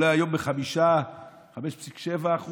ב-5.7%